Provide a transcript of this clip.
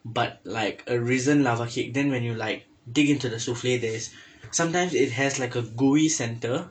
but like a risen lava cake then when you like dig into the souffle there's sometimes it has like a gooey centre